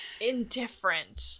Indifferent